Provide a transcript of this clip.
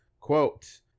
quote